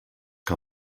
que